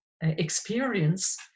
experience